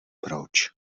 proč